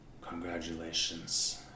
Congratulations